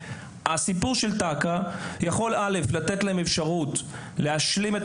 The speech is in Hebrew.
תוכנית תק"א יכולה לתת להם אפשרות להשלים את